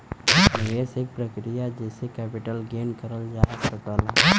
निवेश एक प्रक्रिया जेसे कैपिटल गेन करल जा सकला